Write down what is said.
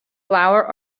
flour